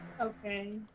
Okay